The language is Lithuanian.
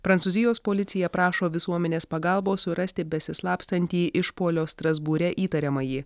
prancūzijos policija prašo visuomenės pagalbos surasti besislapstantį išpuolio strasbūre įtariamąjį